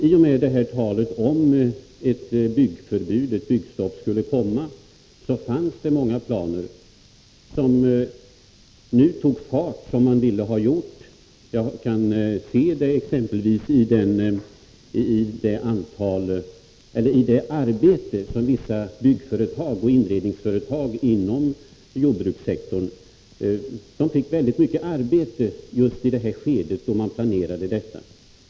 I och med detta tal om att ett byggstopp skulle komma tog planeringen fart, och det fanns plötsligt många byggnadsarbeten som man ville ha utförda. Jag kan se det i exempelvis det faktum att vissa byggföretag och inredningsföretag inom jordbrukssektorn fick mycket arbete i det skede då detta ombyggnadsförbud aviserades.